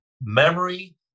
memory